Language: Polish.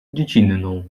dziecinną